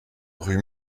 rue